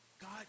God